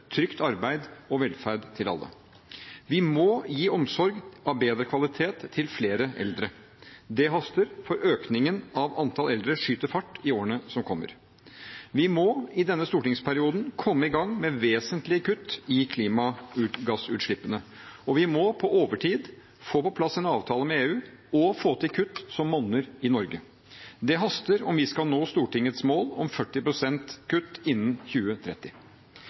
trygt arbeid og velferd til alle. Vi må gi omsorg av bedre kvalitet til flere eldre. Det haster, for økningen i antall eldre vil skyte fart i årene som kommer. Vi må, i denne stortingsperioden, komme i gang med vesentlige kutt i klimagassutslippene. Vi må, på overtid, få på plass en avtale med EU og få til kutt som monner i Norge. Det haster – om vi skal nå Stortingets mål om 40 pst. kutt innen 2030.